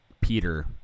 Peter